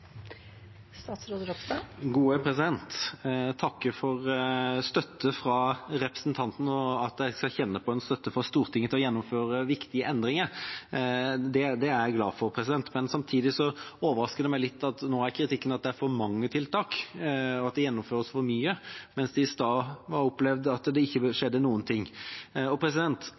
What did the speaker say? takker for støtte fra representanten. At jeg kan kjenne på en støtte fra Stortinget til å gjennomføre viktige endringer, er jeg glad for. Samtidig overrasker det meg litt at kritikken nå er at det er for mange tiltak, at det gjennomføres for mye, mens det i stad ble opplevd at det ikke skjedde noen ting.